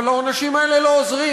אבל העונשים האלה לא עוזרים.